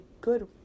Good